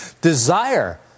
Desire